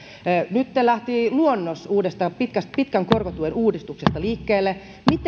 nyt lähti luonnos uudesta pitkän pitkän korkotuen uudistuksesta liikkeelle miten siihen mahdollisesti